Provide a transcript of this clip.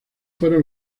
fueron